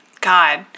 God